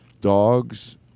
dogs